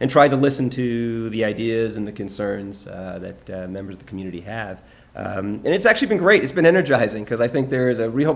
and trying to listen to the ideas and the concerns that members of the community have and it's actually been great it's been energizing because i think there is a real